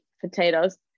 potatoes